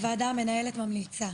הוועדה המנהלת ממליצה.